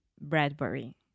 Bradbury